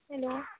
hello